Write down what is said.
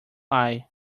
eye